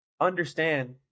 Understand